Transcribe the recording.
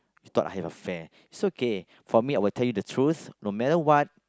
she thought I had affair is okay for me I'll tell you the truth no matter what